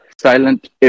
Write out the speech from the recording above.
silent